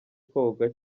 koga